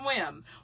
swim